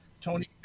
Tony